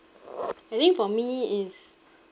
I think for me is